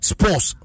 Sports